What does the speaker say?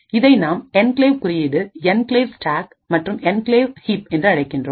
இதை நாம் என்கிளேவ் குறியீடு என்கிளேவ் ஸ்டாக் மற்றும் என்கிளேவ் கிஇப் என்று அழைக்கின்றோம்